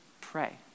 Pray